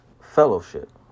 fellowship